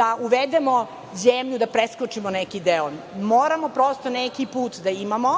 da uvedemo zemlju, da preskočimo neki deo. Moramo prosto neki put da imamo.